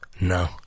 No